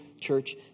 church